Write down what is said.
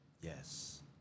Yes